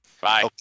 Bye